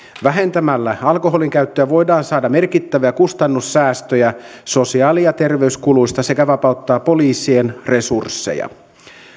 vähentämällä alkoholin käyttöä voidaan saada merkittäviä kustannussäästöjä sosiaali ja terveyskuluista sekä vapauttaa poliisien resursseja